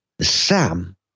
Sam